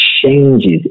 changes